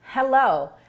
hello